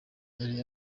yari